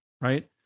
right